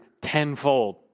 tenfold